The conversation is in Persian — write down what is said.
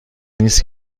نیست